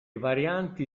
varianti